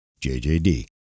JJD